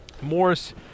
Morris